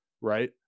right